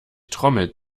trommelt